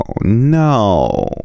no